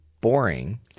boring